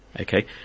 Okay